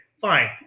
fine